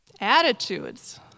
Attitudes